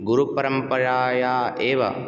गुरुपरम्पराया एव ट्